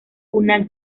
una